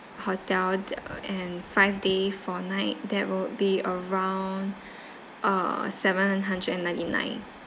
hotel th~ and five day four night that will be around uh seven hundred and ninety nine